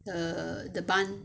the the bun